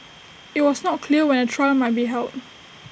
IT was not clear when A trial might be held